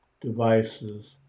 devices